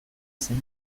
zen